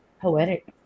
Poetic